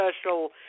special